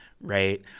right